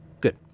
Good